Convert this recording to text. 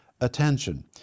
attention